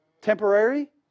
temporary